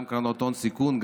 גם קרנות הון-סיכון,